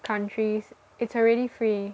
countries it's already free